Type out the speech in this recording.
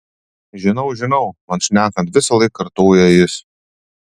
žinau žinau man šnekant visąlaik kartoja jis